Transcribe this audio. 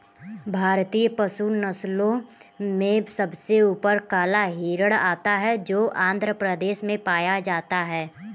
भारतीय पशु नस्लों में सबसे ऊपर काला हिरण आता है जो आंध्र प्रदेश में पाया जाता है